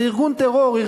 זה ארגון טרור.